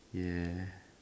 ya